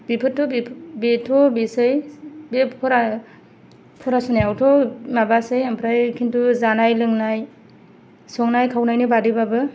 बेफोरथ' बेथ' बेसै बे फरा खरस होनायावथ' माबासै ओमफ्राय किन्तु जानाय लोंनाय संनाय खावनायनि बादैबाबो